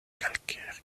calcaires